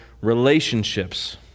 relationships